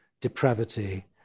depravity